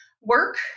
work